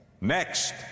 Next